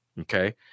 Okay